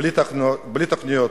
בלי תוכניות,